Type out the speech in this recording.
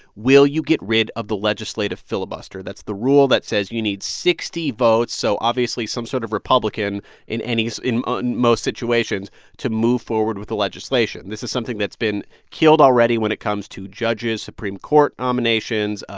will you get rid of the legislative filibuster? that's the rule that says you need sixty votes so obviously some sort of republican in any so in and most situations to move forward with the legislation. this is something that's been killed already when it comes to judges, supreme court nominations,